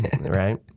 right